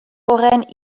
horren